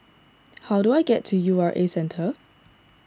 how do I get to U R A Centre